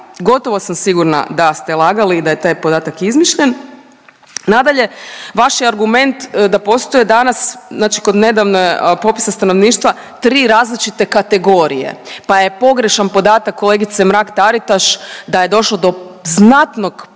Gotovo sam sigurna da ste lagali i da je taj podatak izmišljen. Nadalje, vaš je argument da postoje danas znači kod nedavnog popisa stanovništva tri različite kategorije, pa je pogrešan podatak kolegice Mrak-Taritaš da je došlo do znatnog pada